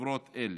בחברות אלה.